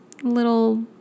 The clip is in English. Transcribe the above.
little